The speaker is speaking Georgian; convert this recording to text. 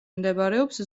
მდებარეობს